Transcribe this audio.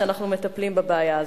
כשאנחנו מטפלים בבעיה הזאת.